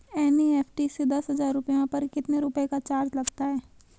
NEFT से दस हजार रुपयों पर कितने रुपए का चार्ज लगता है?